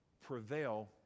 prevail